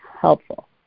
helpful